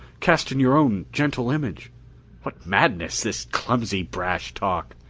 cast in your own gentle image what madness, this clumsy, brash talk!